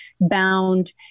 bound